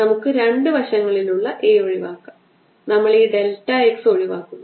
നമുക്ക് രണ്ട് വശങ്ങളിലുള്ള A ഒഴിവാക്കാം നമ്മൾ ഈ ഡെൽറ്റ x ഒഴിവാക്കുന്നു